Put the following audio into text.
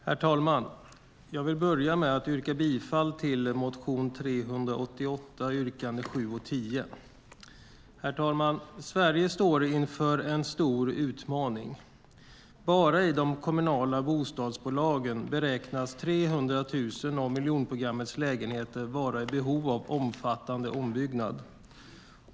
Herr talman! Jag vill börja med att yrka bifall till motion C388, yrkande 7 och 10. Herr talman! Sverige står inför en stor utmaning. Bara i de kommunala bostadsbolagen beräknas 300 000 av miljonprogrammets lägenheter vara i behov av omfattande ombyggnad.